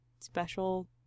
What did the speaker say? special